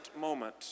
moment